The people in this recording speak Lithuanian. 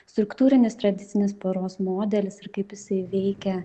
struktūrinis tradicinis poros modelis ir kaip jisai veikia